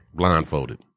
blindfolded